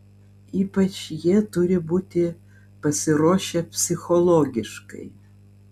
ypač jie turi būti pasiruošę psichologiškai